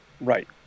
Right